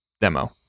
demo